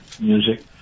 music